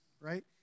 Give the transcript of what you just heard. right